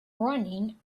running